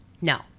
no